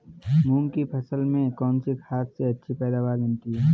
मूंग की फसल में कौनसी खाद से अच्छी पैदावार मिलती है?